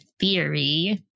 theory